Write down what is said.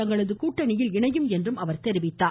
தங்களது கூட்டணியில் இணையும் என்றும் குறிப்பிட்டார்